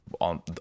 on